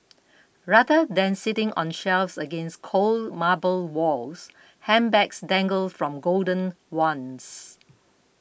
rather than sitting on shelves against cold marble walls handbags dangle from golden wands